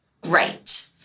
great